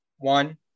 one